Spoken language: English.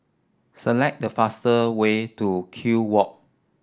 select the fast way to Kew Walk